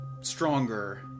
stronger